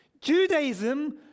Judaism